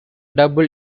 double